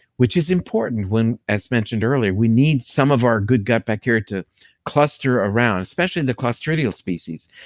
which is important when as mentioned earlier, we need some of our good gut bacteria to cluster around especially the clostridial species,